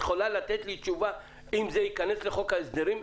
את יכולה לתת לי תשובה אם זה יכנס לחוק ההסדרים?